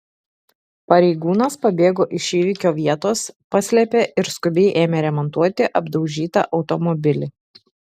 pareigūnas pabėgo iš įvykio vietos paslėpė ir skubiai ėmė remontuoti apdaužytą automobilį